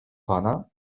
pana